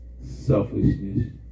selfishness